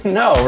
no